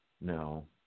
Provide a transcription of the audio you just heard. no